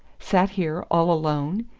sat here all alone?